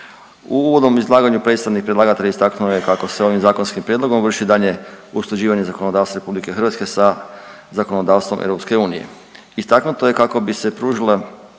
U uvodnom izlaganju predstavnik predlagatelja istaknuo je kako se ovim zakonskim prijedlogom vrši daljnje usklađivanje zakonodavstva RH sa zakonodavstvom EU. Istaknuto je kako bi se pružila